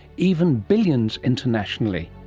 even billions, internationally,